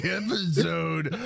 episode